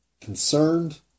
concerned